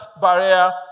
barrier